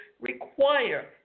require